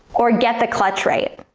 or get the clutch right.